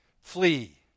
Flee